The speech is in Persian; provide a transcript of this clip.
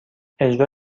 اجرا